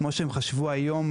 כמו שהן חשבו היום